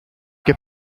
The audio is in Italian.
che